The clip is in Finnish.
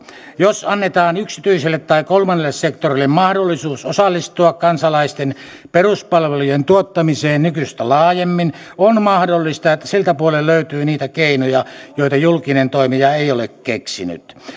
jos annetaan yksityiselle tai kolmannelle sektorille mahdollisuus osallistua kansalaisten peruspalvelujen tuottamiseen nykyistä laajemmin on mahdollista että siltä puolen löytyy niitä keinoja joita julkinen toimija ei ole keksinyt